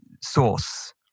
source